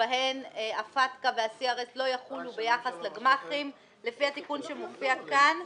שבהן הפטקא וה-CRS לא יחולו ביחס לגמ"חים לפי התיקון שמופיע כאן.